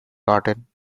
garden